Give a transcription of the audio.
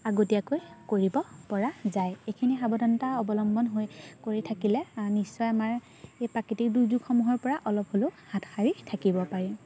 আগতীয়াকৈ কৰিবপৰা যায় এইখিনি সাৱধানতা অৱলম্বন হৈ কৰি থাকিলে নিশ্চয় আমাৰ এই প্ৰাকৃতিক দুৰ্যোগসমূহৰপৰা অলপ হ'লেও হাত সাৰি থাকিব পাৰিম